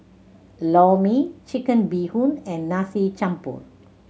Lor Mee Chicken Bee Hoon and Nasi Campur